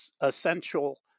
essential